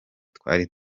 twari